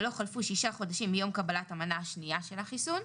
ולא חלפו שישה חודשים מיום קבלת המנה השנייה של החיסון,